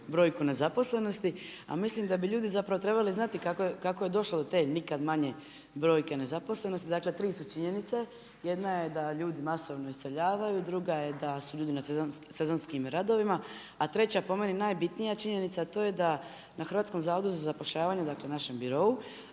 brojku nezaposlenosti. A mislim da bi ljudi trebali znati kako je došlo do te nikad manje brojke nezaposlenosti. Dakle, 3 su činjenice. Jedna je da ljudi masovno iseljavaju, druga je da su ljudi na sezonskim radovima, a treća, po meni najbitnija, činjenica a to je da na HZZ, dakle, našem birou,